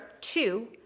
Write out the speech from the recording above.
two